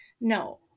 No